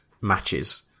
matches